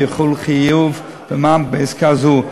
ויחול חיוב במע"מ בעסקה זו.